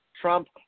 Trump